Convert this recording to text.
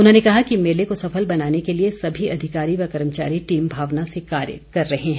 उन्होंने कहा कि मेले को सफल बनाने के लिए सभी अधिकारी व कर्मचारी टीम भावना से कार्य कर रहे हैं